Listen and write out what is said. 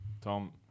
Tom